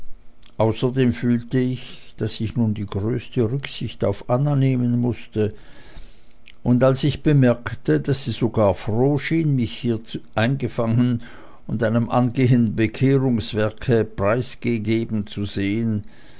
außerdem fühlte ich daß ich nun die größte rücksicht auf anna nehmen mußte und als ich bemerkte daß sie sogar froh schien mich hier eingefangen und einem angehenden bekehrungswerke preisgegeben zu sehen